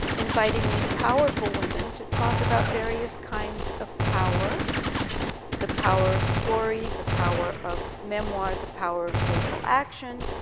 inviting these powerful women to talk about various kinds of power the power of story, the power of memoir, the power of social action,